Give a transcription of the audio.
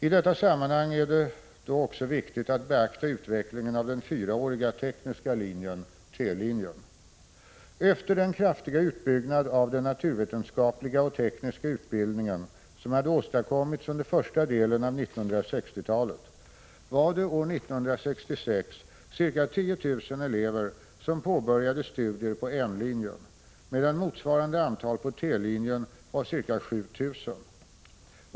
I detta sammanhang är det då också viktigt att beakta utvecklingen av den fyraåriga tekniska linjen . Efter den kraftiga utbyggnad av den naturvetenskapliga och tekniska utbildningen som hade åstadkommits under första delen av 1960-talet var det år 1966 ca 10000 elever som påbörjade studier på N-linjen, medan motsvarande antal på T-linjen var ca 7 000.